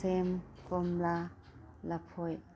ꯁꯦꯝ ꯀꯣꯝꯂꯥ ꯂꯐꯣꯏ